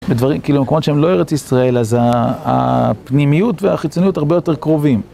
בדברים, כאילו מקומות שהם לא ארץ ישראל, אז הפנימיות והחיצוניות הרבה יותר קרובים.